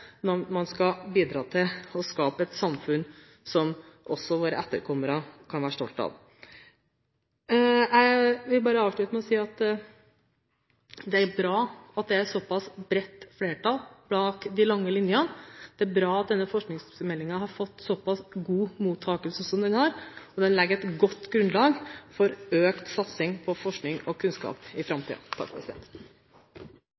når man skal bidra til å skape et samfunn som også våre etterkommere kan være stolte av. Jeg vil bare avslutte med å si at det er bra at det er et såpass bredt flertall bak de lange linjene. Det er bra at denne forskningsmeldingen har fått såpass god mottakelse som den har, og den legger et godt grunnlag for økt satsing på forskning og kunnskap i